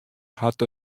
hat